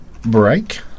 break